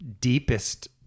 deepest